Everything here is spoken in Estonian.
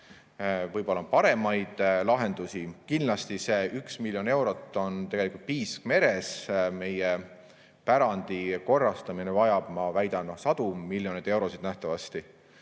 Võib-olla on paremaid lahendusi. Kindlasti see 1 miljon eurot on tegelikult piisk meres. Meie pärandi korrastamine vajab, ma väidan, nähtavasti